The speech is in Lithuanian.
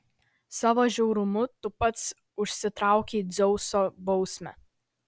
savo žiaurumu tu pats užsitraukei dzeuso bausmę